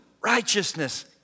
righteousness